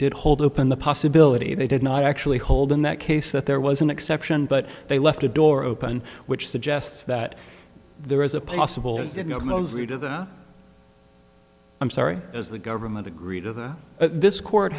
did hold open the possibility they did not actually hold in that case that there was an exception but they left a door open which suggests that there is a possible i'm sorry as the government agreed to that this co